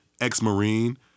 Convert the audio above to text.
ex-Marine